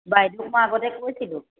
বাইদেউক মই আগতে কৈছিলোঁ